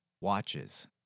watches